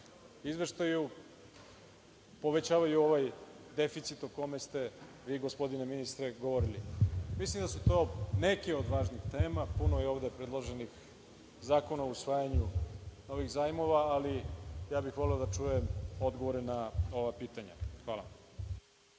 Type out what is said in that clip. izveštaju povećavaju ovaj deficit o kome ste gospodine ministre govorili? Mislim da su to neke od važnih tema. Puno je ovde predloženih zakona o usvajanju novih zajmova, ali voleo bih da čujem odgovore na ova pitanja. Hvala.